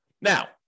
Now